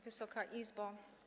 Wysoka Izbo!